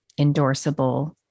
endorsable